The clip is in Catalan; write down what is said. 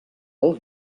pel